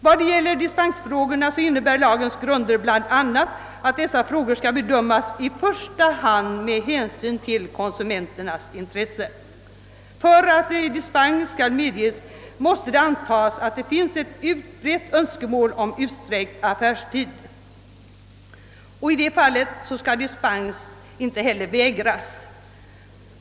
Vad gäller dispensfrågorna innebär lagens grunder bl.a. att bedömningen i första hand skall ta hänsyn till kon sumenternas intressen. För att dispens skall medges måste det kunna antas, att det föreligger ett utbrett önskemål om utsträckt affärstid. Om så är fallet skall dispens inte heller vägras.